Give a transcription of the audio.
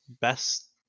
best